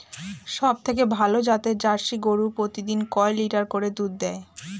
সবথেকে ভালো জাতের জার্সি গরু প্রতিদিন কয় লিটার করে দুধ দেয়?